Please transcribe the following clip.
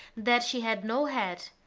that she had no head,